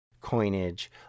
coinage